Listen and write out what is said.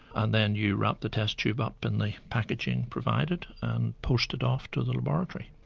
and then you wrap the test tube up in the packaging provided and post it off to the laboratory.